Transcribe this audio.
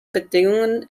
bedingungen